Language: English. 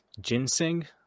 ginseng